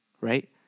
right